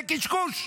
זה קשקוש.